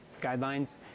guidelines